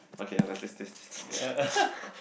okay let's let's let's